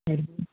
ശരി